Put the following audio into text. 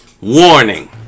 Warning